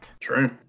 True